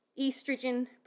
estrogen